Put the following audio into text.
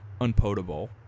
unpotable